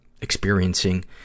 experiencing